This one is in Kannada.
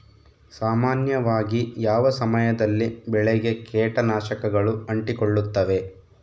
ಸಾಮಾನ್ಯವಾಗಿ ಯಾವ ಸಮಯದಲ್ಲಿ ಬೆಳೆಗೆ ಕೇಟನಾಶಕಗಳು ಅಂಟಿಕೊಳ್ಳುತ್ತವೆ?